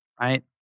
right